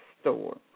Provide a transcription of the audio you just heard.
store